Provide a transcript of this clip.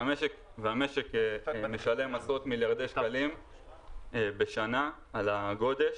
המשק משלם משכורות במיליארדי שקלים בשנה על הגודש.